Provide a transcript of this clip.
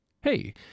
Hey